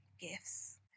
gifts